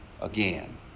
again